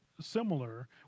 similar